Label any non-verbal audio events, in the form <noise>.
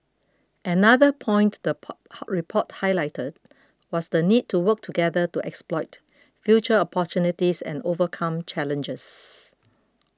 another point the <unintelligible> report highlighted was the need to work together to exploit future opportunities and overcome challenges